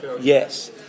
Yes